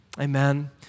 Amen